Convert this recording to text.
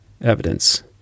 evidence